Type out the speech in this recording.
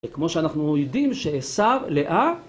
כמו שאנחנו יודעים שעשיו לאה